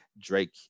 Drake